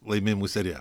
laimėjimų seriją